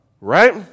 right